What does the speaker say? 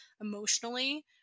emotionally